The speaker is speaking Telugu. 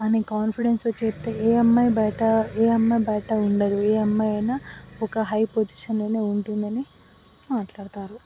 అని కాన్ఫిడెన్స్తో చెప్తే ఏ అమ్మాయి బయట ఏ అమ్మాయి బయట ఉండదు ఏ అమ్మాయైనా ఒక హై పోసిషన్లోనే ఉంటుందని మాట్లాడతారు